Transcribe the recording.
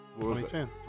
2010